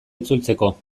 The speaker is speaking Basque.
itzultzeko